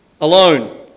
alone